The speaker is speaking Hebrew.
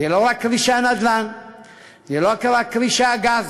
זה לא רק כרישי הנדל"ן, זה לא רק כרישי הגז,